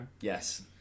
Yes